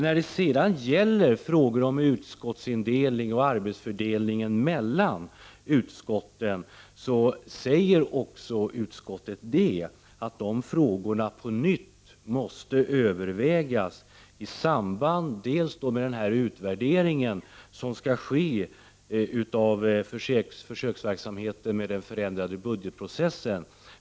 När det gäller frågor om utskottsindelning och arbetsfördelning mellan utskotten säger utskottet att dessa frågor på nytt måste övervägas i samband med den utvärdering som skall ske av försöksverksamheten med den förändrade budgetprocessen.